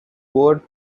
word